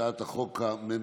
הצעת החוק הממשלתית.